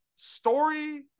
story